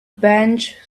bench